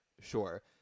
sure